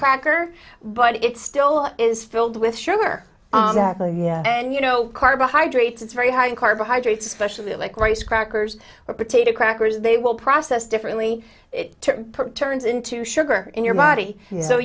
cracker but it still is filled with sugar and you know carbohydrates it's very high in carbohydrates specially like rice crackers or potato crackers they will process differently perturbs into sugar in your body so you